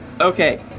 Okay